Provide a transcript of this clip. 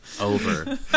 Over